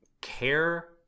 care